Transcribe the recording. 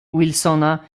wilsona